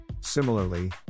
similarly